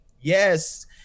Yes